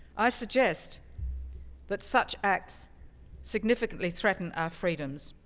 i suggest that such acts significantly threaten our freedoms.